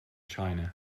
china